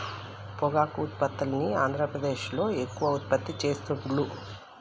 పొగాకు ఉత్పత్తుల్ని ఆంద్రప్రదేశ్లో ఎక్కువ ఉత్పత్తి చెస్తాండ్లు